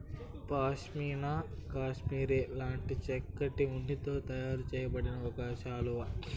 pashmina cashmere లాంటి చక్కటి ఉన్నితో తయారు చేయబడిన ఒక శాలువా